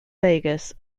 vegas